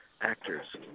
actors